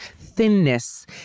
thinness